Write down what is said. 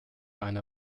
eine